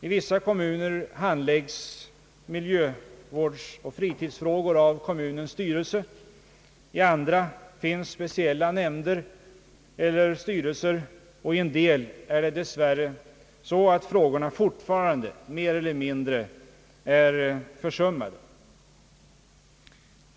I vissa kommuner handläggs miljövårdsoch fritidsfrågor av kommunens styrelse, i andra av speciella nämnder eller styrelser, men i en del är det dessvärre så, att frågorna fortfarande är mer eller mindre försummade.